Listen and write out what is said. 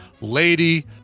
lady